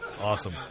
awesome